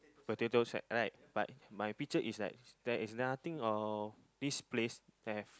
potato sack right but my picture is like there is nothing of this place have